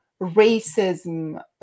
racism